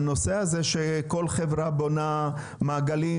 הנושא הזה שכל חברה בונה מעגלים